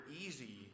easy